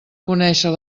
conèixer